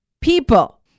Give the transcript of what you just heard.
people